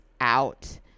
out